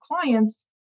clients